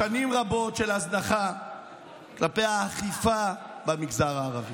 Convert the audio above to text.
שנים רבות של הזנחה כלפי האכיפה במגזר הערבי.